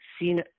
seen